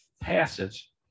passage